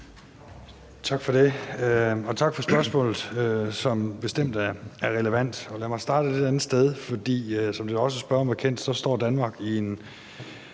Tak for det, og tak for spørgsmålet, som bestemt er relevant. Lad mig starte et lidt andet sted. Som det også er spørgeren bekendt, står Danmark i en